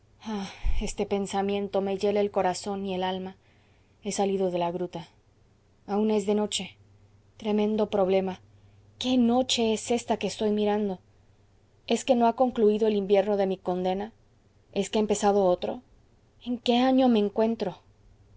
este pensamiento me hiela el corazón y el alma he salido de la gruta aún es de noche tremendo problema qué noche es ésta que estoy mirando es que no ha concluido el invierno de mi condena es que ha empezado otro en qué año me encuentro